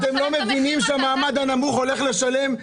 אתם לא מבינים שהמעמד הנמוך הולך לשלם?